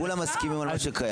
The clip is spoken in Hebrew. כולם מסכימים על מה שקיים.